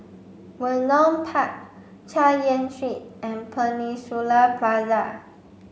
Vernon Park Chay Yan Street and Peninsula Plaza